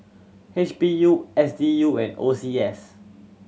H P U S D U and O C S